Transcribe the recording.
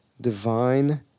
divine